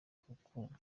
kukumva